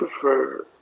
prefer